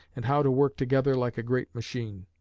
and how to work together like a great machine.